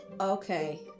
Okay